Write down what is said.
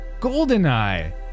GoldenEye